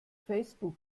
facebook